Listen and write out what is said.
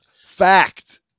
Fact